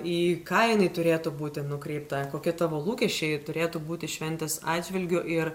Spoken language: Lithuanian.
į ką jinai turėtų būti nukreipta kokie tavo lūkesčiai turėtų būti šventės atžvilgiu ir